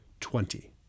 Twenty